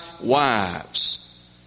wives